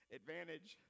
advantage